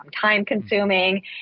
time-consuming